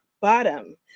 bottom